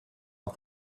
off